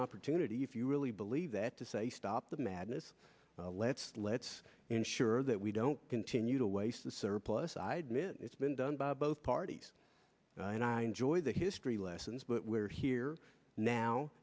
opportunity if you really believe that to say stop the madness let's let's ensure that we don't continue to waste the surplus i'd miss it's been done by both parties and i enjoyed the history lessons but we're here now